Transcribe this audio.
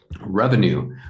Revenue